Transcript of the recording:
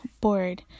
bored